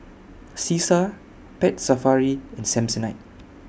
Cesar Pet Safari and Samsonite